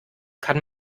kann